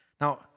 Now